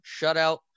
shutout